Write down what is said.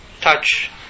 touch